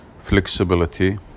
Flexibility